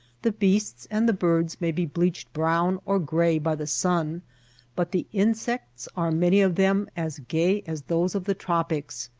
the beasts and the birds may be bleached brown or gray by the sun but the insects are many of them as gay as those of the tropics.